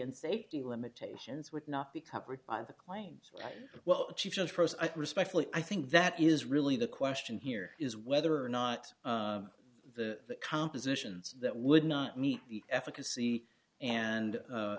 and safety limitations would not be covered by the claims well she just respectfully i think that is really the question here is whether or not the compositions that would not meet the efficacy and